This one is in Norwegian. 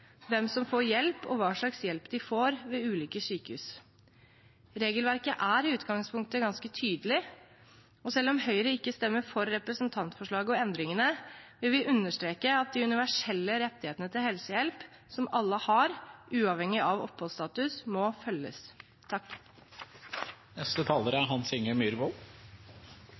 hvem som får hjelp og hva slags hjelp de får ved ulike sykehus. Regelverket er i utgangspunktet ganske tydelig. Selv om Høyre ikke stemmer for representantforslaget og endringene, vil vi understreke at de universelle rettighetene til helsehjelp som alle har, uavhengig av oppholdsstatus, må følges.